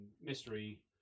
mystery